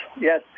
yes